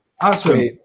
Awesome